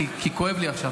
כי כואב לי עכשיו,